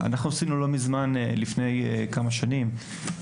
אנחנו עשינו לא מזמן לפני כמה שנים,